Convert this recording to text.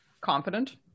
confident